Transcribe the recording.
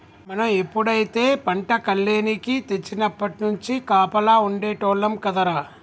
మనం ఎప్పుడైతే పంట కల్లేనికి తెచ్చినప్పట్నుంచి కాపలా ఉండేటోల్లం కదరా